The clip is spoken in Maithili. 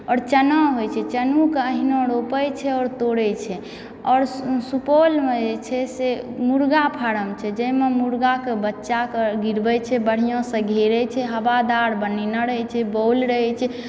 आओर चना होइत छै चनोके अहिना रोपैत छै आओर तोड़ैत छै आओर सुपौलमे जे छै से मुर्गा फार्म छै जाहिमे मुर्गाके बच्चाके गिरबैत छै बढ़िआँसँ घेरैत छै हवादार बनेने रहे छै बॉउल रहैत छै